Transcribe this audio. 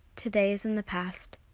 today is in the past.